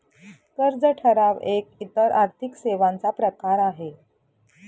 कर्ज ठराव एक इतर आर्थिक सेवांचा प्रकार आहे